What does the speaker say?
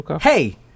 Hey